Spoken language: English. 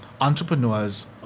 entrepreneurs